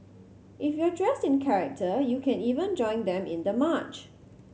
if you're dressed in character you can even join them in the march